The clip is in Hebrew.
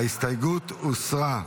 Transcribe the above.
ההסתייגות הוסרה.